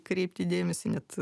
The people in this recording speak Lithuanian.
kreipti dėmesį net